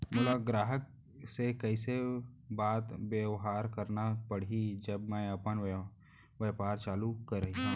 मोला ग्राहक से कइसे बात बेवहार करना पड़ही जब मैं अपन व्यापार चालू करिहा?